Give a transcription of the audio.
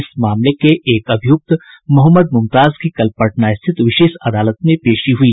इस मामले के एक अभियुक्त मो मुमताज की कल पटना स्थित विशेष अदालत में पेशी हुई